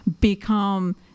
become